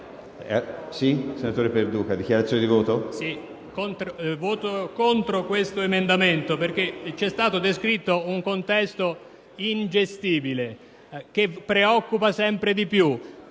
voto contro questo emendamento perché ci è stato descritto un contesto ingestibile che preoccupa sempre di più